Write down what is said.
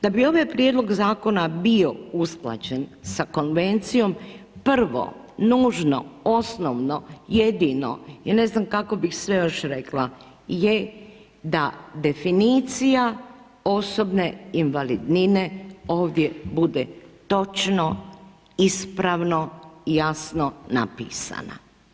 Da bi ovaj prijedlog zakona bio usklađen sa Konvencijom prvo nužno, osnovno, jedino i ne znam kako bih sve još rekla je da definicija osobne invalidnine ovdje bude točno, ispravno i jasno napisana.